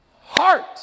heart